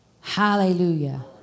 Hallelujah